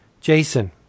Jason